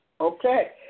Okay